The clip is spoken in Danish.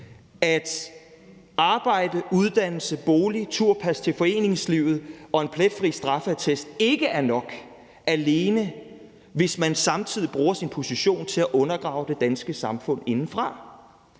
at arbejde, uddannelse, bolig, turpas til foreningslivet og en pletfri straffeattest ikke er nok, hvis man samtidig bruger sin position til at undergrave det danske samfund indefra.